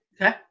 Okay